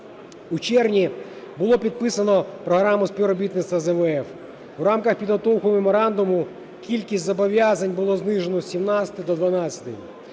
У червні було підписано програму співробітництва з МВФ. У рамках підготовки меморандуму кількість зобов'язань було знижено з 17 до 12